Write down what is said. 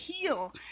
heal